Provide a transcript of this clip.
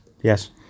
Yes